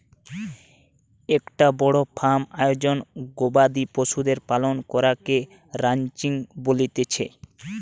একটো বড় ফার্ম আয়োজনে গবাদি পশুদের পালন করাকে রানচিং বলতিছে